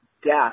death